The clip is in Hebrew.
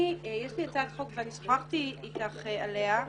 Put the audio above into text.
יש לי הצעת חוק ואני שוחחתי אתך עליה.